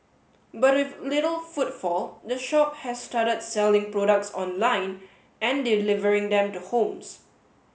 but with little footfall the shop has started selling products online and delivering them to homes